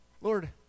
Lord